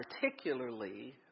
particularly